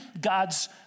God's